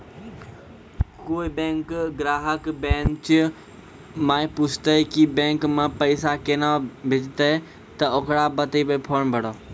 कोय बैंक ग्राहक बेंच माई पुछते की बैंक मे पेसा केना भेजेते ते ओकरा बताइबै फॉर्म भरो